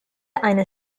eine